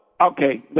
okay